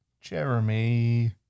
Jeremy